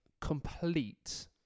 complete